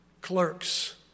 clerks